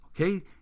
Okay